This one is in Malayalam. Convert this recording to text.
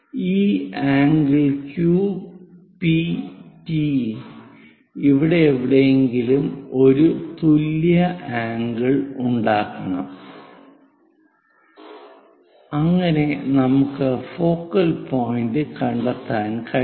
ഈ ∠Q P T ഇവിടെ എവിടെയെങ്കിലും ഒരു തുല്യ ആംഗിൾ ഉണ്ടാക്കണം അങ്ങനെ നമുക്ക് ഫോക്കൽ പോയിന്റ് കണ്ടെത്താൻ കഴിയും